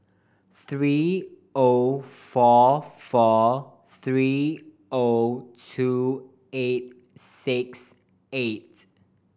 three O four four three O two eight six eight